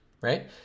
Right